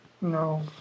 No